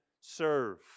serve